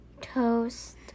toast